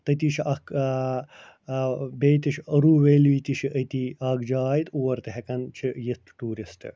تٔتی چھِ اکھ بیٚیہِ چھِ اُروٗ ویٚلی تہِ چھِ أتی اَکھ جاے تہٕ اور تہِ ہٮ۪کن چھِ یِتھ ٹیٛوٗرسٹہٕ